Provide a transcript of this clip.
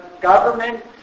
government